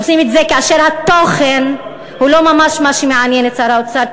עושים את זה כאשר התוכן הוא לא ממש מה שמעניין את שר האוצר,